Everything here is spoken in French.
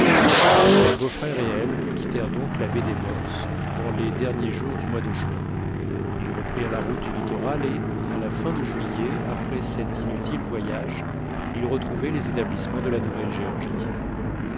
son beau-frère et elle quittèrent donc la baie des morses dans les derniers jours du mois de juin ils reprirent la route du littoral et à la fin de juillet après cet inutile voyage ils retrouvaient les établissements de la